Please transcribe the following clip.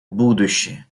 будущее